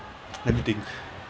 let me think